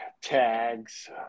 tags